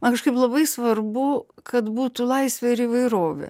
man kažkaip labai svarbu kad būtų laisvė ir įvairovė